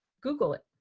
google it!